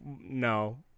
no